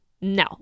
No